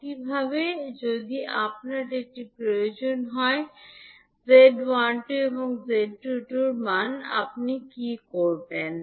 একইভাবে যদি আপনার এটির প্রয়োজন হয় 𝐳12 এবং 𝐳22 এর মান আপনি কী করবেন